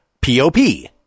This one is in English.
P-O-P